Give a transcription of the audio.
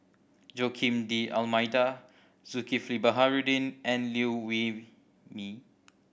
Joaquim D'Almeida Zulkifli Baharudin and Liew Wee Mee